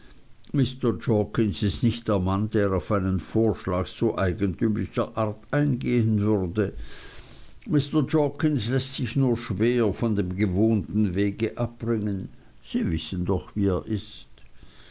mr jorkins ist nicht der mann der auf einen vorschlag so eigentümlicher art eingehen würde mr jorkins läßt sich nur sehr schwer von dem gewohnten wege abbringen sie wissen doch wie er ist